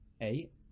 eight